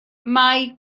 mae